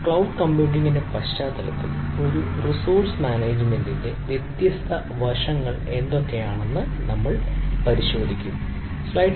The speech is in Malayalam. ക്ലൌഡ്ഡ് കമ്പ്യൂട്ടിംഗിന്റെ പശ്ചാത്തലത്തിൽ ഒരു റിസോഴ്സ് മാനേജ്മെന്റിന്റെ വ്യത്യസ്ത വശങ്ങൾ എന്താണെന്ന് നമ്മൾ പരിശോധിക്കും